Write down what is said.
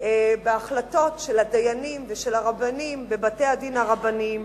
בהחלטות של הדיינים ושל הרבנים בבתי-הדין הרבניים,